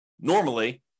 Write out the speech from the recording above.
normally